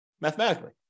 mathematically